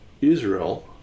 Israel